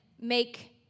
make